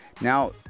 Now